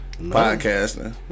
Podcasting